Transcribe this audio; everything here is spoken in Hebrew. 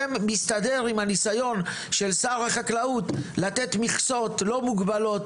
זה מסתדר עם הניסיון של שר החקלאות לתת מכסות לא מוגבלות,